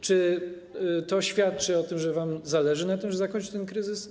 Czy to świadczy o tym, że wam zależy na tym, żeby zakończyć ten kryzys?